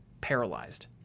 paralyzed